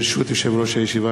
ברשות יושב-ראש הישיבה,